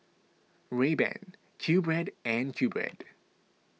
Rayban Qbread and Qbread